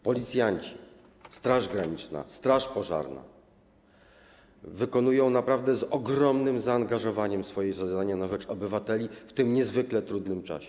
Policjanci, Straż Graniczna, straż pożarna wykonują naprawdę z ogromnym zaangażowaniem swoje zadania na rzecz obywateli w tym niezwykle trudnym czasie.